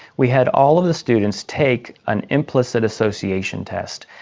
we had all of the students take an implicit association test.